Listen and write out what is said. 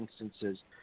instances